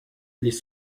les